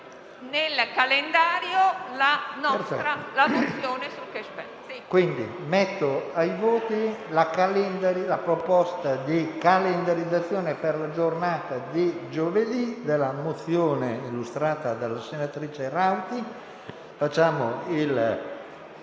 nel calendario la mozione sul *cashback*.